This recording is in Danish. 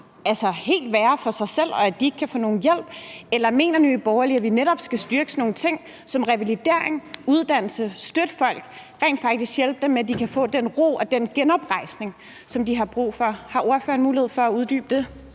være overladt til sig selv, og at de ikke kan få nogen hjælp, eller mener Nye Borgerlige, at vi netop skal styrke sådan nogle ting som revalidering og uddannelse, støtte folk og rent faktisk hjælpe dem med at få den ro og den genoprejsning, som de har brug for. Har ordføreren mulighed for at uddybe det?